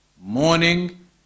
morning